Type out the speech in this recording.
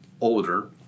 older